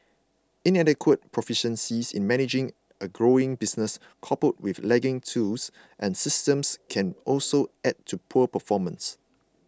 inadequate proficiency in managing a growing business coupled with lagging tools and systems can also add to poor performance